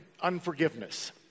Unforgiveness